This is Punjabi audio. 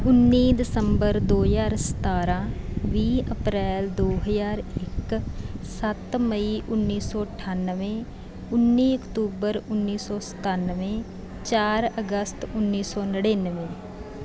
ਉੱਨੀ ਦਸੰਬਰ ਦੋ ਹਜ਼ਾਰ ਸਤਾਰ੍ਹਾਂ ਵੀਹ ਅਪ੍ਰੈਲ ਦੋ ਹਜ਼ਾਰ ਇੱਕ ਸੱਤ ਮਈ ਉੱਨੀ ਸੌ ਅਠਾਨਵੇਂ ਉੱਨੀ ਅਕਤੂਬਰ ਉੱਨੀ ਸੌ ਸਤਾਨਵੇਂ ਚਾਰ ਅਗਸਤ ਉੱਨੀ ਸੌ ਨੜਿਨਵੇਂ